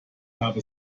habe